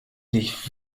dich